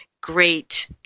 great